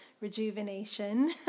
rejuvenation